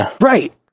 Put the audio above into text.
Right